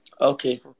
Okay